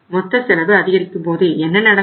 மொத்த செலவு அதிகரிக்கும் போது என்ன நடக்கும்